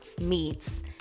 meats